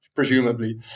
presumably